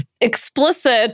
explicit